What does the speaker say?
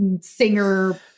singer